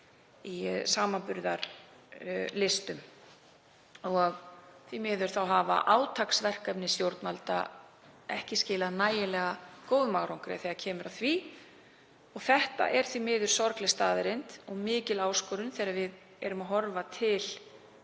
á samanburðarlistum og því miður hafa átaksverkefni stjórnvalda ekki skilað nægilega góðum árangri þegar kemur að því. Þetta er sorgleg staðreynd og mikil áskorun þegar við horfum til